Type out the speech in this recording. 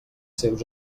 seus